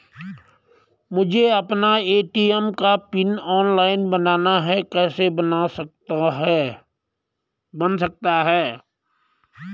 मुझे अपना ए.टी.एम का पिन ऑनलाइन बनाना है कैसे बन सकता है?